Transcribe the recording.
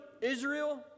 Israel